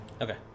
Okay